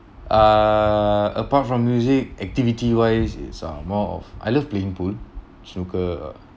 uh apart from music activity-wise it's um more of I love playing pool snooker uh